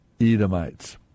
Edomites